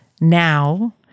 now